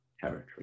territory